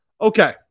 Okay